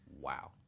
Wow